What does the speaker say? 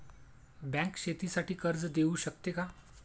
Bank शेतीसाठी कर्ज देऊ शकते का?